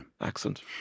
accent